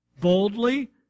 Boldly